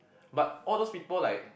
but all those people like